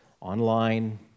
online